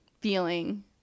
feeling